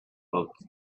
not